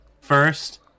First